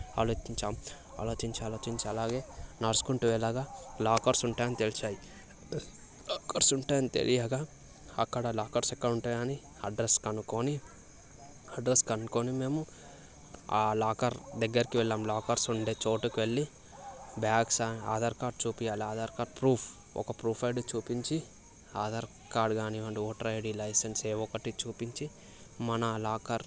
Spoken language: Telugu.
ఆలోచించాం ఆలోచించి ఆలోచించి అలాగే నడుచుకుంటు ఎలాగా లాకర్స్ ఉంటాయని తెలిసాయి లాకర్స్ ఉంటాయని తెలియగా అక్కడ లాకర్స్ ఎక్కడ ఉంటాయని అడ్రస్ కనుక్కొని అడ్రస్ కనుక్కొని మేము ఆ లాకర్ దగ్గరకి వెళ్ళాం ఆ లాకర్స్ ఉండే చోటుకు వెళ్ళి బ్యాగ్స్ ఆధార్ కార్డు చూపియాలి ఆధార్ కార్డు ప్రూఫ్ ఒక ప్రూఫ్ ఐడి చూపించి ఆధార్ కార్డు కానివ్వండి ఓటర్ ఐడి లైసెన్స్ ఏదో ఒకటి చూపించి మన లాకర్